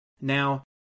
Now